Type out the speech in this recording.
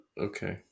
Okay